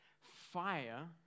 Fire